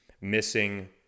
missing